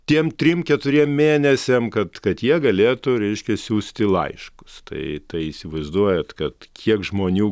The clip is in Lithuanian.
tiem trim keturiem mėnesiam kad kad jie galėtų reiškia siųsti laiškus tai tai įsivaizduojate kad kiek žmonių